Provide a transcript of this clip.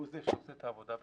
שהוא זה שעושה את העבודה בחירום.